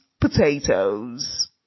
Potatoes